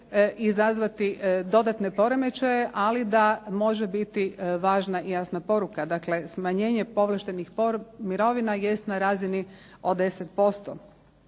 izazvati dodatne poremećaje, ali da može biti važna i jasna poruka. Dakle, smanjenje povlaštenih mirovina jest na razini od 10%.